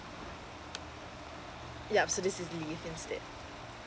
yup so this the